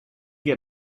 get